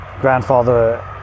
Grandfather